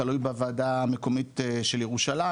תלוי בוועדה המקומית של ירושלים,